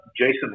Jason